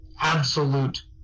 Absolute